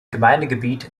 gemeindegebiet